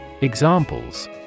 examples